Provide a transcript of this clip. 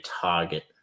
target